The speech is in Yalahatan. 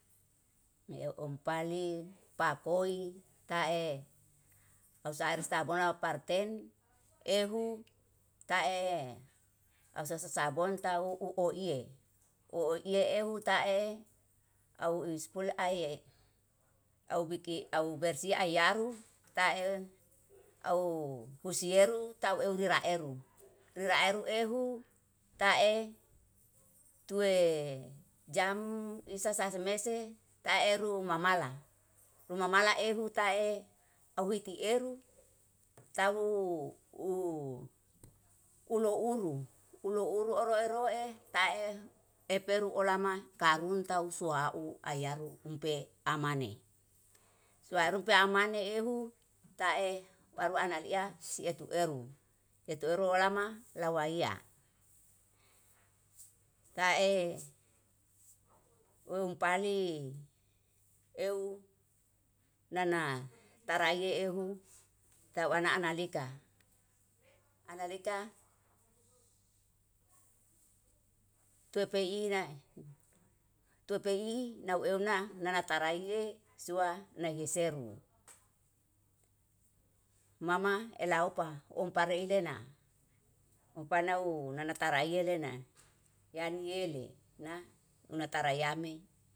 Meompali pakoi tae kausair sai sabona parten ehu tae ahsusu sabon tau uoiye, uoiye ehu tae auw ispul ae auw biki bersih ahyaru tae auw husieru tau euw lira eru. Lira eru ehu tae tue jam isa sa semese taeru mamala, ruma mala ehu tae auw iti eru taruw u ulouru uloure oro eroe tae eperu olama karunta suau ayaru umpe amane. Suwarumpe amane ehu tae waru analia sietu eru, etu oralama lawaiya. Tae umpali euw nana taraie ehu tawana ana analika, analika tuepeina tuepe i nauewna nana taraie sua naiheseru, mama elaupa omparilena omaprinau nanatarie lena. Yaniele na unatara yame.